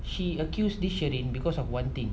she accused this sheryn because of one thing